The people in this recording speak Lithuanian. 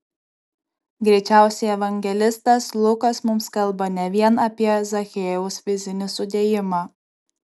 greičiausiai evangelistas lukas mums kalba ne vien apie zachiejaus fizinį sudėjimą